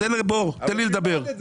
תן לי לדבר.